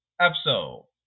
episode